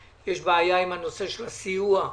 יש בעיה עם הנושא של הסיוע,